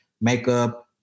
makeup